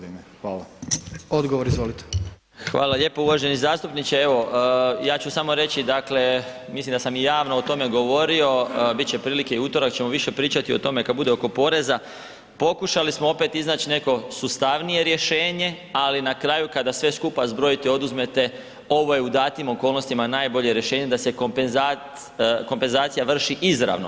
Hvala lijepo uvaženi zastupniče, evo ja ću samo reći dakle, mislim da sam i javno o tome govorio, bit će prilike i u utorak ćemo više pričati o tome kad bude oko poreza, pokušali smo opet iznać neko sustavnije rješenje, ali na kraju kada sve skupa zbrojite i oduzmete ovo je u datim okolnostima najbolje rješenje da se kompenzacija vrši izravno.